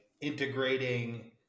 integrating